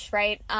right